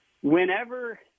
whenever